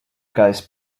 guys